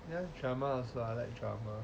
just drama also lah I like drama